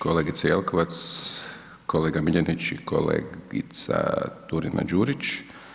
Kolegice Jelkovac, kolega Miljenić i kolegica Turina-Đurić?